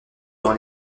dans